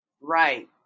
Right